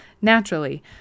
naturally